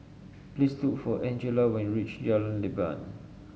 please look for Angela when you reach Jalan Leban